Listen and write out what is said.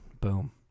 Boom